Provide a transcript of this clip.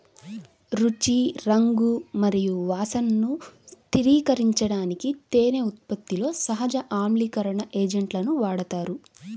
రుచి, రంగు మరియు వాసనను స్థిరీకరించడానికి తేనె ఉత్పత్తిలో సహజ ఆమ్లీకరణ ఏజెంట్లను వాడతారు